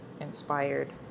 inspired